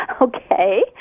Okay